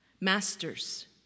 Masters